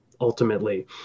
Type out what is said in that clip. ultimately